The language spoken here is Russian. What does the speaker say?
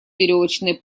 веревочные